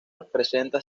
presenta